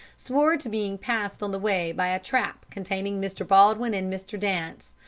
swore to being passed on the way by a trap containing mr. baldwin and mr. dance,